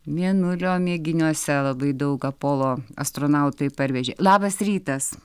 mėnulio mėginiuose labai daug apolo astronautai parvežė labas rytas